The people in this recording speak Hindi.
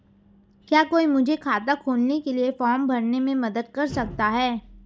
क्या कोई मुझे खाता खोलने के लिए फॉर्म भरने में मदद कर सकता है?